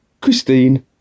Christine